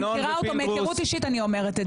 אני מכירה אותו, מהיכרות אישית אני אומרת את זה.